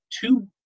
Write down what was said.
two